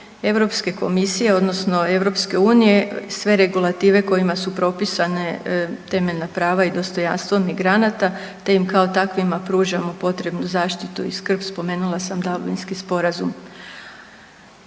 Europske komisije, odnosno EU sve regulative kojima su propisane temeljna prava i dostojanstvo migranata, te im kao takvima pružamo potrebnu zaštitu i skrb. Spomenula sam Dablinski sporazum.